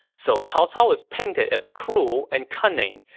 so cao cao is painted as cruel and cunning,